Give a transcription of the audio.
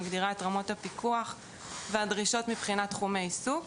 מגדירה את רמת הפיקוח והדרישות מבחינת תחומי העיסוק,